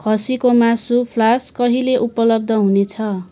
खसीको मासु फ्लास्क कहिले उपलब्ध हुनेछ